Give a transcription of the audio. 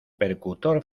percutor